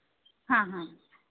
हाँ हाँ